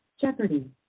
Jeopardy